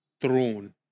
throne